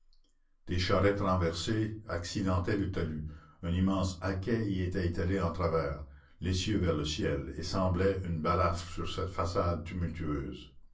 des charrettes renversées accidentaient le talus un immense haquet y était étalé en travers l'essieu vers le ciel et semblait une balafre sur cette façade